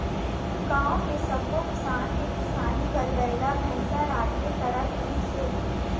गाँव के सब्बो किसान के किसानी बर बइला भइसा राखबे करत रिहिस हे